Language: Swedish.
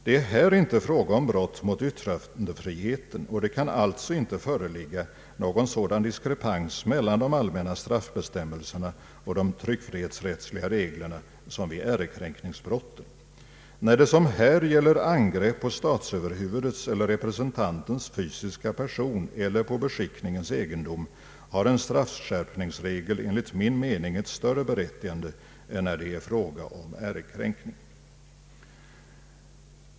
Det är här inte fråga om brott mot yttrandefriheten, och det kan alltså inte föreligga någon sådan diskrepans mellan de allmänna straffbestämmelserna och de tryckfrihetsrättsliga reglerna som vid ärekränkningsbrotten. När det som här gäller angrepp på statsöverhuvudets eller representantens fysiska person eller på beskicknings egendom har en straffskärpningsregel enligt justitieministerns mening ett större berättigande än när det är fråga om ärekränkning.